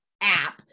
app